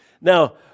Now